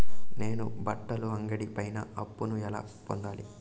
నేను బట్టల అంగడి పైన అప్పును ఎలా పొందాలి?